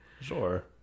Sure